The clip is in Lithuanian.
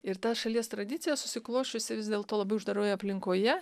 ir ta šalies tradicija susiklosčiusi vis dėlto labai uždaroje aplinkoje